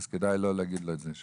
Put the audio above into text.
אז כדאי לא להגיד לו שהוא שוכח.